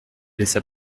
laissa